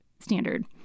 standard